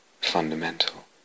fundamental